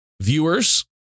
viewers